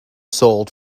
sold